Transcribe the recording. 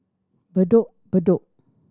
Bedok Bedok